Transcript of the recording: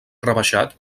rebaixat